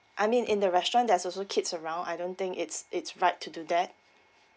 I mean in the restaurant there's also kids around I don't think it's it's right to do that